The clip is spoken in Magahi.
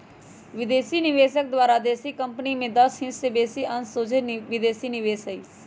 विदेशी निवेशक द्वारा देशी कंपनी में दस हिस् से बेशी अंश सोझे विदेशी निवेश हइ